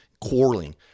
quarreling